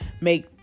make